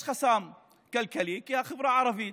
יש חסם כלכלי, כי החברה הערבית